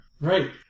Right